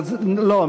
לא,